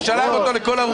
הוא שלח אותו לכל הרוחות.